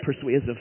persuasive